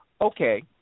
okay